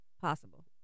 possible